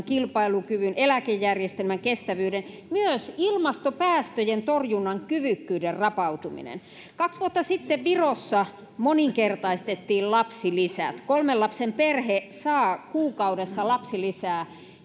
kilpailukyvyn eläkejärjestelmän kestävyyden ja myös ilmastopäästöjen torjunnan kyvykkyyden rapautuminen kaksi vuotta sitten virossa moninkertaistettiin lapsilisät kolmen lapsen perhe saa kuukaudessa lapsilisää